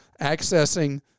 accessing